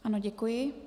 Ano, děkuji.